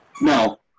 No